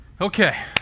Okay